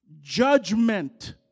judgment